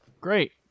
Great